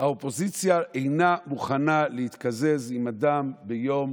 האופוזיציה אינה מוכנה להתקזז עם אדם ביום